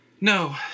No